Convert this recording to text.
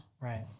Right